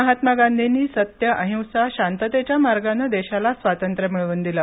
महात्मा गांधींनी सत्य अहिंसा शांततेच्या मार्गाने देशाला स्वातंत्र्य मिळवून दिलं